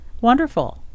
Wonderful